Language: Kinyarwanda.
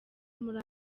muri